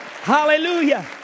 Hallelujah